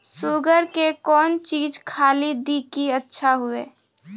Sugar के कौन चीज खाली दी कि अच्छा हुए?